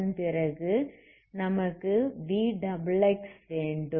அதன் பிறகு நமக்கு vxx வேண்டும்